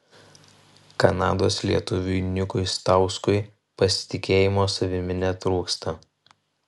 kanados lietuviui nikui stauskui pasitikėjimo savimi netrūksta